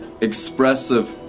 expressive